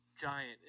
giant